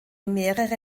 mehrere